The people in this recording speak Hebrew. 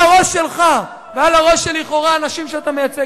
הראש שלך ועל הראש לכאורה של אנשים שאתה מייצג.